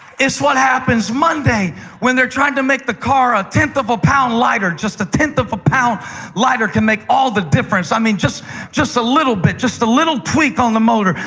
it's what happens monday when they're trying to make the car a a tenth of a pound lighter. just a tenth of a pound lighter can make all the difference. i mean just just a little bit, just a little tweak on the motor,